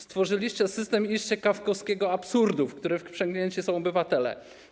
Stworzyliście system iście kafkowskiego absurdu, w który wprzęgnięci są obywatele.